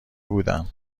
بودم